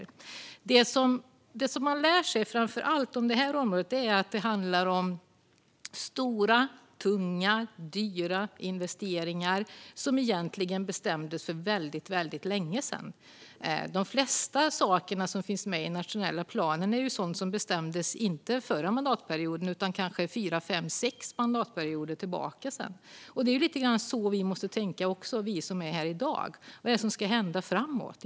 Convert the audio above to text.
Om det här området lär man sig framför allt att det handlar om stora, tunga och dyra investeringar, som egentligen bestämdes för väldigt länge sedan. De flesta sakerna i nationella planen bestämdes inte under förra mandatperioden utan för kanske fyra, fem eller sex mandatperioder sedan. Så måste också vi som är här i dag tänka. Vad ska hända i framtiden?